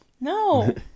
no